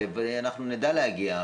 אנחנו נדע להגיע,